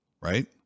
right